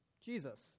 Jesus